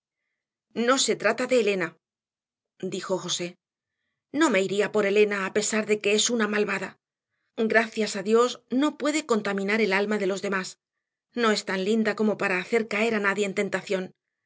no se trata de elena dijo josé no me iría por elena a pesar de que es una malvada gracias a dios no puede contaminar el alma de los demás no es tan linda como para hacer caer a nadie en tentación